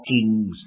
Kings